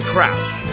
Crouch